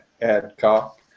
Adcock